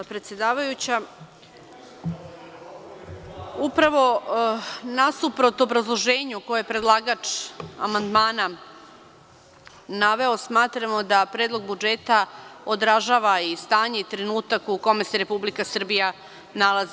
Upravo, nasuprot obrazloženju koje je predlagač amandmana naveo, smatramo da Predlog budžeta odražava i stanje i trenutak u kome se Republika Srbija nalazi.